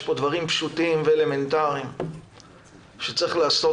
יש פה דברים פשוטים ואלמנטריים שצריך לעשות.